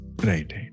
Right